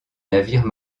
navires